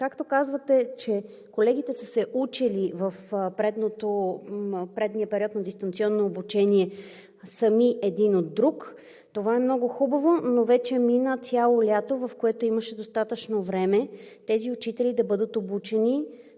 както казвате, че колегите са се учили в предния период на дистанционно обучение сами един от друг, това е много хубаво, но вече мина цяло лято, в което имаше достатъчно време тези учители да бъдат обучени